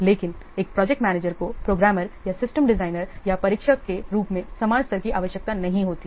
लेकिन एक project manager को प्रोग्रामर या सिस्टम डिजाइनर या परीक्षक के रूप में समान स्तर की आवश्यकता नहीं होती है